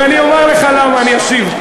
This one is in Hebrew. ואני אומר לך למה, אני אשיב.